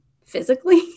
physically